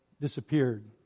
disappeared